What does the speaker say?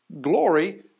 glory